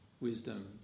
wisdom